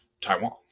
Taiwan